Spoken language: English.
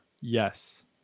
yes